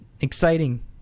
exciting